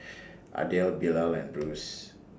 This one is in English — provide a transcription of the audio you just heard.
Adel Bilal and Bruce